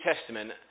Testament